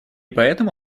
поэтому